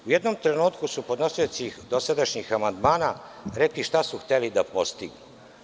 U jednom trenutku su podnosioci dosadašnjih amandmana rekli šta su hteli da postignu.